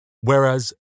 whereas